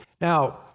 now